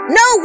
no